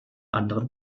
anderen